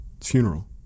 funeral